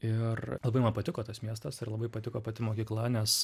ir labai man patiko tas miestas ir labai patiko pati mokykla nes